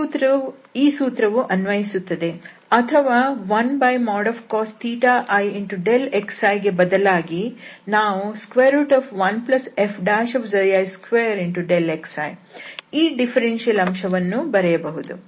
ಈ ಸೂತ್ರವು ಅನ್ವಯಿಸುತ್ತದೆ ಅಥವಾ 1cos i xi ಗೆ ಬದಲಾಗಿ ನಾವು 1fi2Δxiಈ ಡಿಫರೆನ್ಸಿಯಲ್ ಅಂಶವನ್ನು ಬರೆಯಬಹುದು